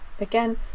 again